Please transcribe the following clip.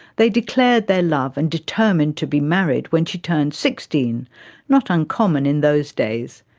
they declared their love and determined to be married when she turned sixteen not uncommon in those days.